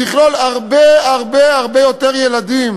היא תכלול הרבה הרבה הרבה יותר ילדים,